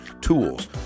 tools